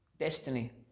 Destiny